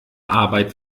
arbeit